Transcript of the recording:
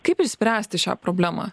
kaip išspręsti šią problemą